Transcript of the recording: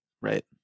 Right